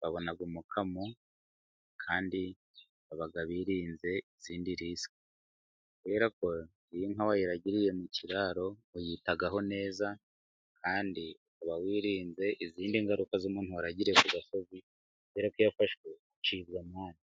babona umukamo kandi baba birinze izindi risike, kubera ko iyo inka wayiragiriye mu kiraro, uyitaho neza, kandi uba wirinze izindi ngaruka z'umuntu waragire ku gasozi kubera ko iyo afashwe acibwa amande.